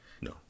No